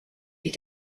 die